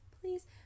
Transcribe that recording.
please